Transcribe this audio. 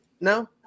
No